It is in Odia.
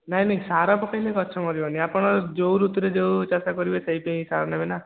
ନାଇଁ ନାଇଁ ସାର ପକେଇଲେ ଗଛ ମାରିବନି ଆପଣ ଯେଉଁ ଋତୁରେ ଯେଉଁ ଚାଷ କରିବେ ସେଇପାଇଁ ସାର ନେବେନା